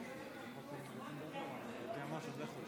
והיא חוזרת לדיון בוועדה המיוחדת לדיון בהצעת